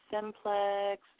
simplex